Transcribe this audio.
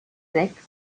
sechs